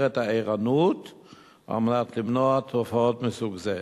את הערנות על מנת למנוע תופעות מסוג זה.